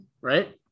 right